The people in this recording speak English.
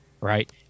right